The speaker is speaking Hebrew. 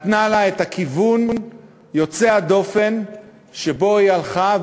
נתנה לה את הכיוון יוצא הדופן שבו היא הלכה,